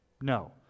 No